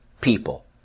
people